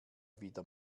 wieder